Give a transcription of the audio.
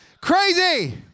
crazy